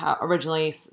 originally